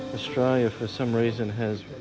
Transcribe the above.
australia for some reason has